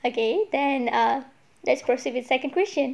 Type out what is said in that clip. okay then err let's proceed with second question